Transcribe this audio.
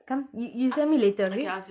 come you you send me later okay